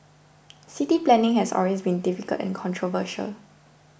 city planning has always been difficult and controversial